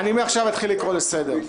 אני מעכשיו אתחיל לקרוא לסדר.